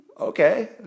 okay